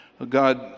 God